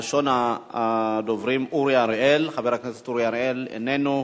ראשון הדוברים הוא חבר הכנסת אורי אריאל איננו.